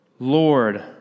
Lord